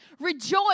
rejoice